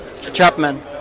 Chapman